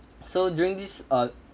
so during this uh